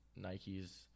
nike's